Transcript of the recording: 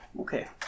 Okay